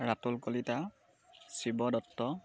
Ratul Kalita Shiv Dutta